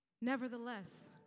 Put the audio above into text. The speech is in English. nevertheless